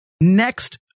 next